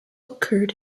occurred